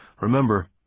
remember